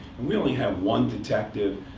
we only had one detective,